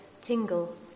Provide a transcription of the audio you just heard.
tingle